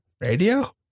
Radio